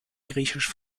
griechisch